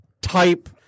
type